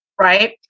right